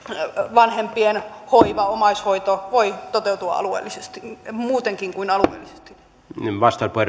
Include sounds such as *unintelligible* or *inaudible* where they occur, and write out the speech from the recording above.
vanhempien hoiva omaishoito voi toteutua muutenkin kuin *unintelligible*